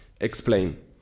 explain